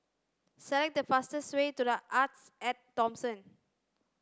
select the fastest way to The Artes at Thomson